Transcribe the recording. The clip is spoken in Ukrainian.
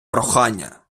прохання